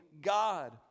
God